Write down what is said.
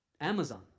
Amazon